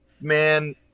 man